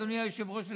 אדוני היושב-ראש,